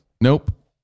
Nope